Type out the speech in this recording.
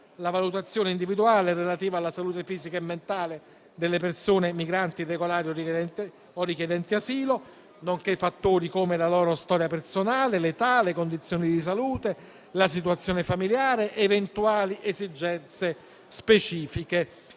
La valutazione individuale deve essere relativa alla salute fisica e mentale delle persone migranti irregolari o richiedenti asilo, nonché a fattori come la loro storia personale, l'età, le condizioni di salute, la situazione familiare, eventuali esigenze specifiche.